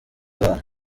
abantu